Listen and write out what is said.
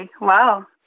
Wow